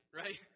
right